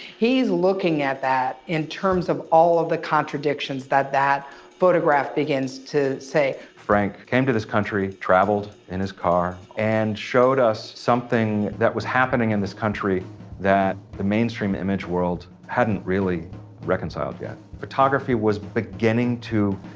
he is looking at that in terms of all of the contradictions that that photograph begins to say. frank came to this country, traveled in his car, and showed us something that was happening in this country that the mainstream image world hadn't really reconciled yet. photography was beginning to,